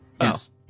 Yes